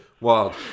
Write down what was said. Wild